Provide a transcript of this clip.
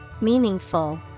meaningful